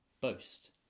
boast